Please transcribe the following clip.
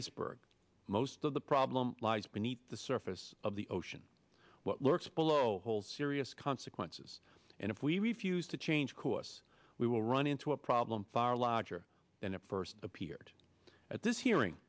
iceberg most of the problem lies beneath the surface of the ocean what lurks below whole serious consequences and if we refuse to change course we will run into a problem far larger than it first appeared at this hearing